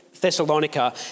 Thessalonica